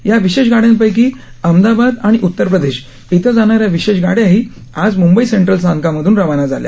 या विशेष गाड्यांपैकी अहमदाबाद आणि उत्तर प्रदेश इथं जाणाऱ्या विशेष गाड्याही आज मुंबई सेंट्रल स्थानकामधून रवाना झाल्या